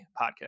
podcast